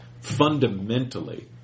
fundamentally